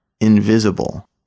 invisible